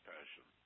Passion